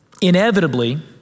inevitably